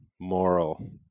moral